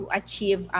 achieve